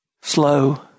slow